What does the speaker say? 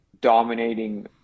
dominating